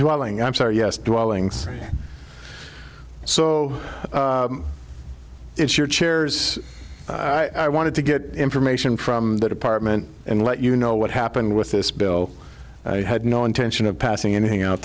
driving i'm sorry yes dwellings so it's your chairs i wanted to get information from that apartment and let you know what happened with this bill i had no intention of passing anything out